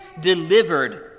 delivered